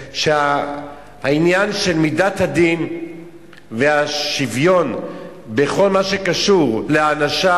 העניין של מידת הדין והשוויון בכל מה שקשור להענשה,